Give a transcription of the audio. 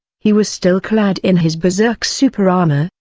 he was still clad in his berserk super armor,